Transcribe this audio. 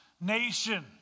nation